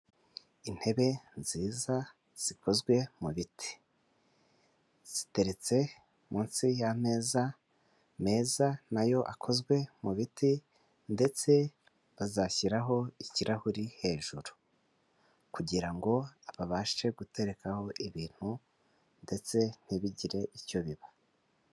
Intebe nziza zikozwe mu biti, ziteretse munsi y'ameza meza nayo akozwe mu biti ndetse bazashyiraho ikirahuri hejuru kugira ngo babashe guterekaho ibintu ndetse ntibigire icyo biba.